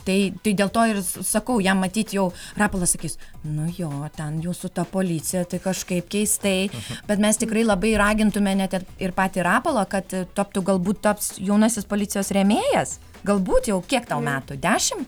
tai tai dėl to ir sakau jam matyt jau rapolas sakys nu jo ten jūsų ta policija tai kažkaip keistai bet mes tikrai labai ragintume net ir ir patį rapolą kad taptų galbūt taps jaunasis policijos rėmėjas galbūt jau kiek tau metų dešim